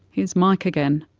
here's mike again.